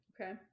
okay